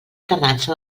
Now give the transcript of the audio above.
tardança